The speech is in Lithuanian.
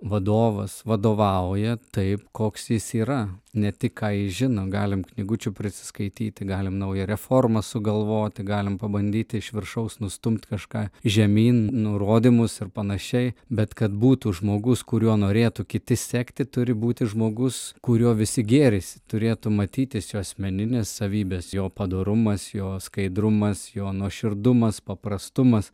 vadovas vadovauja taip koks jis yra ne tik ką jis žino galim knygučių prisiskaityti galim naują reformą sugalvoti galim pabandyti iš viršaus nustumt kažką žemyn nurodymus ir panašiai bet kad būtų žmogus kuriuo norėtų kiti sekti turi būti žmogus kuriuo visi gėrisi turėtų matytis jo asmeninės savybės jo padorumas jo skaidrumas jo nuoširdumas paprastumas